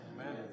Amen